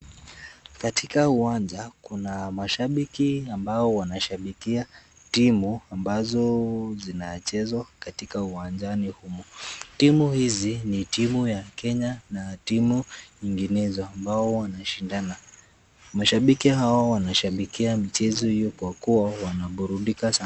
Katika uwanja kuna mashabiki ambao wanashabikia timu ambazo zinacheza katika uwanjani humo. Pia timu hizi ni timu ya Kenya na timu zinginezo ambao wanashindana. Mashabiki hawa wanashabikia michezo hiyo kwa kuwa wanaburundika sana.